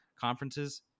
conferences